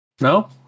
No